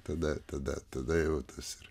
tada tada tada jau tas ir